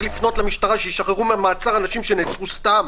לפנות למשטרה שישחררו מהמעצר אנשים שנעצרו סתם?